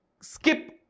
skip